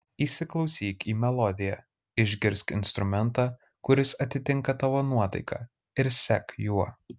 įsiklausyk į melodiją išgirsk instrumentą kuris atitinka tavo nuotaiką ir sek juo